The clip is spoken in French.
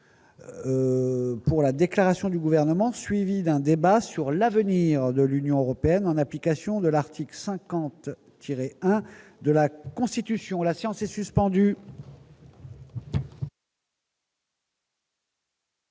Pour la la déclaration du gouvernement, suivie d'un débat sur l'avenir de l'Union européenne en application de l'article 50, tirée de la Constitution, la science est suspendu.